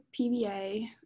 PBA